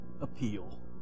appeal